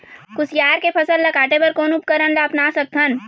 कुसियार के फसल ला काटे बर कोन उपकरण ला अपना सकथन?